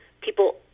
people